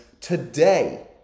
today